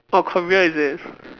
oh career is it